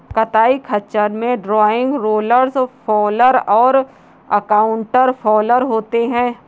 कताई खच्चर में ड्रॉइंग, रोलर्स फॉलर और काउंटर फॉलर होते हैं